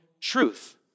truth